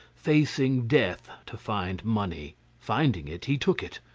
facing death to find money finding it, he took it,